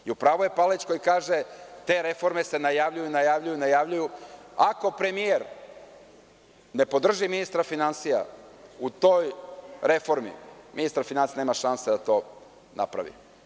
I u pravu je Palalić koji kaže – te reforme se najavljuju, najavljuju i najavljuju, ako premijer ne podrži ministra finansija u toj reformi, ministar finansija nema šansi da to napravi.